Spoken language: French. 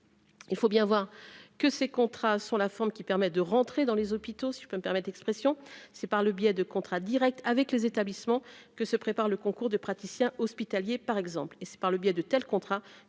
il faut bien voir que ces contrats sur la forme qui permet de rentrer dans les hôpitaux, si je peux me permettre expression c'est par le biais de contrats Directs avec les établissements que se prépare le concours de praticien hospitalier, par exemple, et c'est par le biais de tels contrats